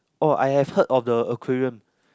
oh I have heard of the aquarium